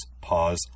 pause